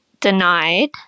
denied